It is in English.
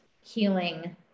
healing